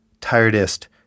Tiredest